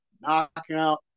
Knockout